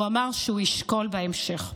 הוא אמר שהוא ישקול בהמשך.